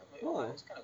oh